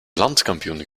landskampioen